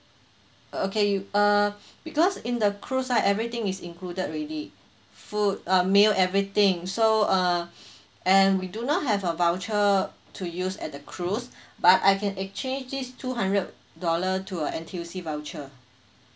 okay uh because in the cruise ah everything is included already food uh meal everything so uh and we do not have a voucher to use at the cruise but I can exchange this two hundred dollar to uh N_T_U_C voucher